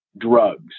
drugs